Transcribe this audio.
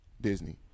Disney